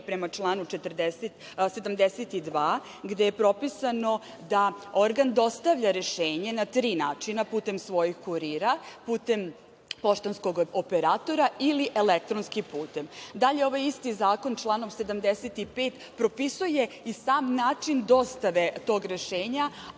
prema članu 72. gde je propisano da organ dostavlja rešenje na tri načina - putem svojih kurira, putem poštanskog operatora ili elektronskim putem. Dalje, ovaj isti zakon članom 75. propisuje i sam način dostave tog rešenja,